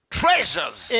treasures